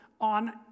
on